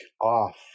off